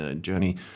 journey